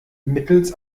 mittels